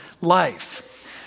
life